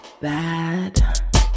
bad